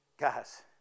Guys